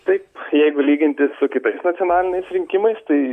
taip jeigu lyginti su kitais nacionaliniais rinkimais tai